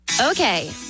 Okay